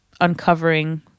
uncovering